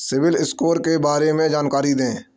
CIBIL score के बारे में जानकारी दें?